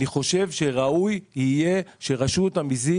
אני חושב שראוי יהיה שרשות המיסים